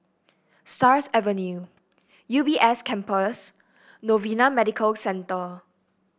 Stars Avenue U B S Campus Novena Medical Centre